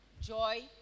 joy